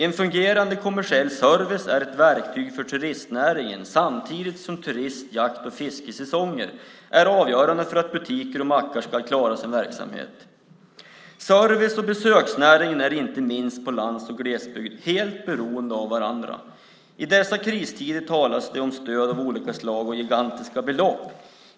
En fungerande kommersiell service är ett verktyg för turistnäringen samtidigt som turism-, jakt och fiskesäsonger är avgörande för att butiker och mackar ska klara sin verksamhet. Servicenäringen och besöksnäringen är inte minst på landsbygd och i glesbygd helt beroende av varandra. I dessa kristider talas det om stöd av olika slag och gigantiska belopp.